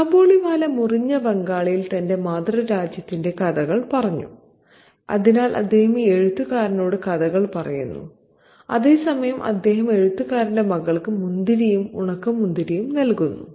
കാബൂളിവാല മുറിഞ്ഞ ബംഗാളിയിൽ തന്റെ മാതൃരാജ്യത്തിന്റെ കഥകൾ പറഞ്ഞു അതിനാൽ അദ്ദേഹം ഈ എഴുത്തുകാരനോട് കഥകൾ പറയുന്നു അതേസമയം അദ്ദേഹം എഴുത്തുകാരന്റെ മകൾക്ക് മുന്തിരിയും ഉണക്കമുന്തിരിയും നൽകുന്നു